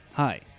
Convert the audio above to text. Hi